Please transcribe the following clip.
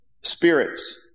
Spirits